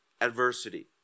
adversity